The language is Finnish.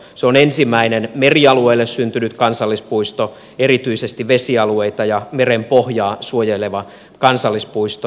se on ensimmäinen merialueelle syntynyt kansallispuisto erityisesti vesialueita ja merenpohjaa suojeleva kansallispuisto